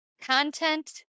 content